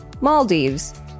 Maldives